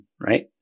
right